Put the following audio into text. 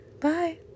bye